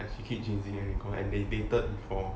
if you keep chasing enrico and they dated for